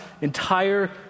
entire